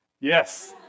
Yes